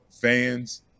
fans